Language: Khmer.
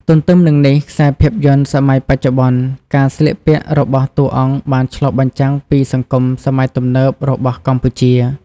ទន្ទឹមនឹងនេះខ្សែភាពយន្តសម័យបច្ចុប្បន្ន ការស្លៀកពាក់របស់តួអង្គបានឆ្លុះបញ្ចាំងពីសង្គមសម័យទំនើបរបស់កម្ពុជា។